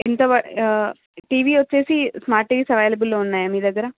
ఎంత ఆ టీవీ వచ్చేసి స్మార్ట్ టీవీస్ అవైలబుల్ లో ఉన్నాయా మీ దగ్గర